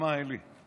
אתה שם, אלי?